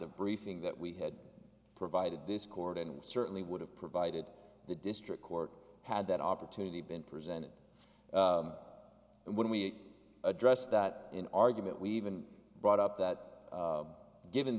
of briefing that we had provided this court and certainly would have provided the district court had that opportunity been presented and we addressed that in argument we even brought up that given